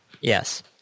Yes